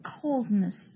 coldness